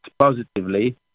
positively